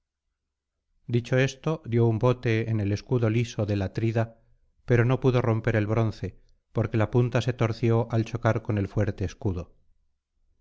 dicho esto dio un bote en el escudo liso del atrida pero no pudo romper el bronce porque la punta se torció al chocar con el fuerte escudo